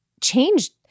changed